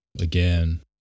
again